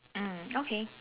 mm okay